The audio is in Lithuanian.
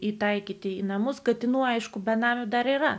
įtaikyti į namus katinų aišku benamių dar yra